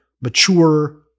mature